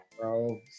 bro